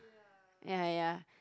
yeah yeah